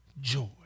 joy